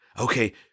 Okay